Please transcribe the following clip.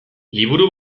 liburu